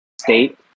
state